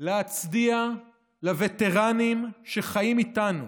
להצדיע לווטרנים שחיים איתנו